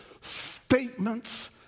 statements